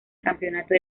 campeonato